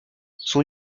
son